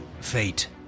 fate